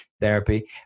therapy